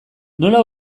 nola